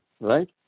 right